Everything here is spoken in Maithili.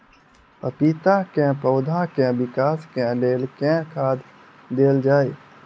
पपीता केँ पौधा केँ विकास केँ लेल केँ खाद देल जाए?